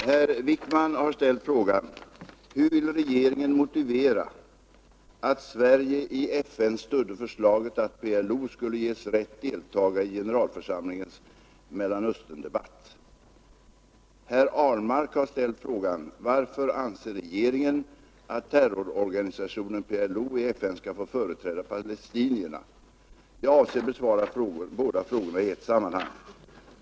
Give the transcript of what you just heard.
Herr talman! Herr Wijkman har ställt frågan: Hur vill regeringen motivera att Sverige i FN stödde förslaget att PLO skall ges rätt deltaga i generalförsamlingens Mellanösterndebatt? Herr Ahlmark har ställt frågan: Varför anser regeringen att terrororganisationen PLO i FN skall få företräda palestinierna? Jag avser besvara båda frågorna i ett sammanhang.